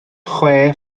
chwe